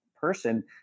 person